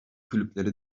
kulüpleri